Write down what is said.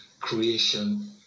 creation